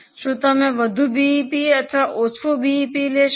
શું તમે વધુ બીઇપી અથવા ઓછા બીઇપી લેશો